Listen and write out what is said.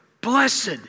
Blessed